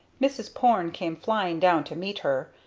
mrs. porne came flying down to meet her,